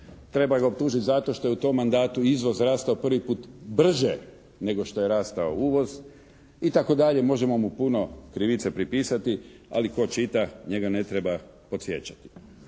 treba ga optužiti zato što je u tom mandatu izvoz rastao prvi puta brže nego što je rastao uvoz itd. možemo mu puno krivice pripisati, ali tko čita njega ne treba podsjećati.